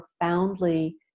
profoundly